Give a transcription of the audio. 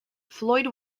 floyd